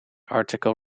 article